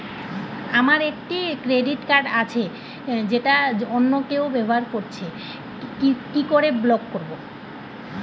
আমার একটি credit card আছে যেটা অন্য কেউ ব্যবহার করছে কি করে ব্লক করবো?